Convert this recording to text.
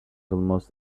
almost